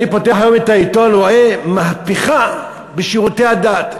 אני פותח היום את העיתון ורואה: מהפכה בשירותי הדת.